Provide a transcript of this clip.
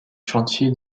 chantiers